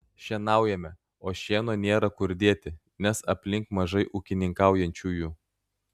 šienaujame o šieno nėra kur dėti nes aplink mažai ūkininkaujančiųjų